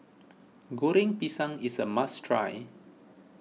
Goreng Pisang is a must try